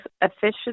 efficient